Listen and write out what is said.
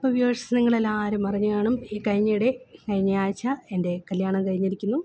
അപ്പോള് വ്യൂവേഴ്സ് നിങ്ങളെല്ലാവരും അറിഞ്ഞുകാണും ഈ കഴിഞ്ഞിടെ കഴിഞ്ഞയാഴ്ച്ച എന്റെ കല്യാണം കഴിഞ്ഞിരിക്കുന്നു